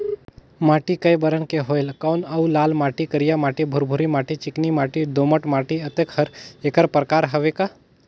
माटी कये बरन के होयल कौन अउ लाल माटी, करिया माटी, भुरभुरी माटी, चिकनी माटी, दोमट माटी, अतेक हर एकर प्रकार हवे का?